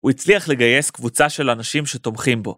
הוא הצליח לגייס קבוצה של אנשים שתומכים בו.